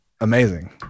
amazing